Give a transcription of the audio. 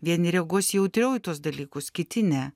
vieni reaguos jautriau į tuos dalykus kiti ne